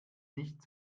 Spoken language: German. nicht